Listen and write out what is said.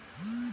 Chia বীজ কী?